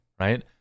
Right